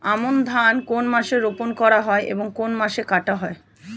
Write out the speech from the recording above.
আমন ধান কোন মাসে রোপণ করা হয় এবং কোন মাসে কাটা হয়?